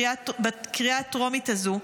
בקריאה הטרומית הזו,